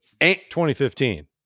2015